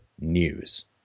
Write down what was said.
news